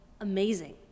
amazing